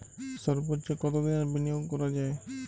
সর্বোচ্চ কতোদিনের বিনিয়োগ করা যায়?